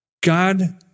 God